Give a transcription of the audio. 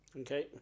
Okay